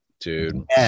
Dude